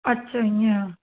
अच्छा इयं